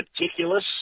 meticulous